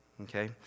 Okay